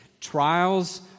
Trials